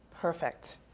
Perfect